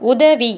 உதவி